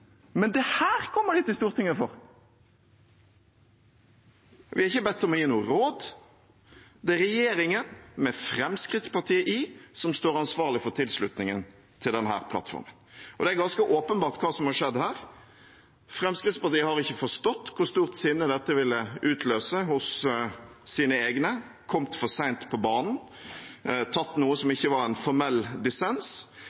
Men dette kommer de til Stortinget med. Vi er ikke bedt om å gi noe råd. Det er regjeringen med Fremskrittspartiet som står ansvarlig for tilslutningen til denne plattformen. Og det er ganske åpenbart hva som er skjedd her: Fremskrittspartiet har ikke forstått hvor stort sinne dette ville utløse hos deres egne, kommet for seint på banen, tatt noe som